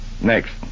Next